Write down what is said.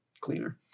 cleaner